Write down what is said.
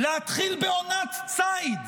להתחיל בעונת ציד.